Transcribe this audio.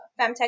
femtech